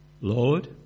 Lord